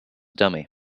dummy